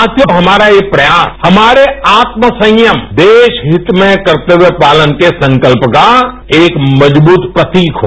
साथियों हमारा ये प्रयास हमारे आत्म संयम देश हित में करते हुए पालन के संकल्प का एक मजबूत प्रतीक है